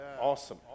Awesome